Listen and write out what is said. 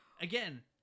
again